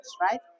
right